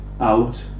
out